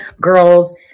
girls